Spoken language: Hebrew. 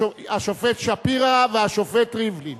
השופט שפירא והשופט ריבלין.